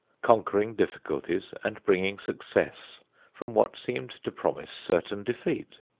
conquering difficulties and bringing success from what seemed to promise certain defeat.